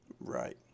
Right